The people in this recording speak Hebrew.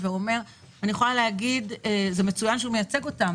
אני יכולה להגיד שזה מצוין שהוא מייצג אותם,